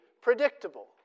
predictable